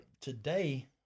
Today